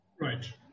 right